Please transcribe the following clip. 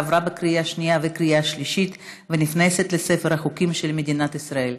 עברה בקריאה שנייה וקריאה שלישית ונכנסת לספר החוקים של מדינת ישראל.